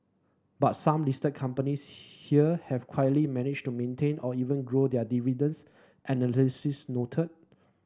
but some listed companies here have quietly managed to maintain or even grow their dividends analysts note